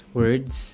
words